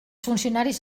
funcionaris